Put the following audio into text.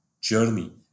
journey